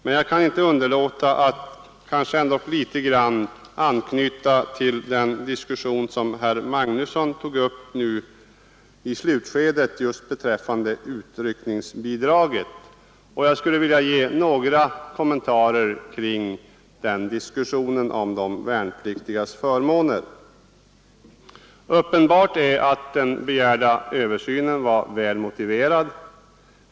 Men jag kan inte underlåta att också något litet anknyta till den diskussion som herr Magnusson i Kristinehamn här tog upp i sitt anförande, när han talade om de värnpliktigas utryckningsbidrag. Jag skulle vilja göra några kommentarer till diskussionen om de värnpliktigas förmåner. Uppenbart är att den begärda översynen var väl motiverad.